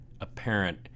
apparent